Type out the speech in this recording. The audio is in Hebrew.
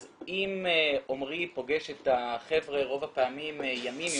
אז אם עמרי פוגש את החבר'ה רוב הפעמים ימים אם